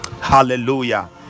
hallelujah